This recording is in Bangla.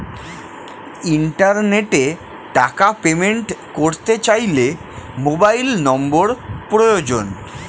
ইন্টারনেটে টাকা পেমেন্ট করতে চাইলে মোবাইল নম্বর প্রয়োজন